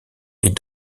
est